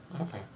Okay